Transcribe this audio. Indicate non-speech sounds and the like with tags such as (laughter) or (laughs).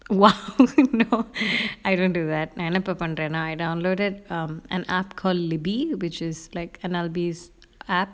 !wow! no (laughs) I don't do that நா என்ன இப்ப பண்றனா:na enna ippa panrana I downloaded um an app called libby which is like N_L_B's app